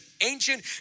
Ancient